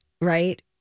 right